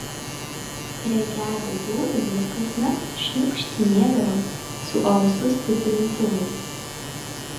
prie gedo durų jos kasnakt šniukštinėdavo su ausų stiprintuvais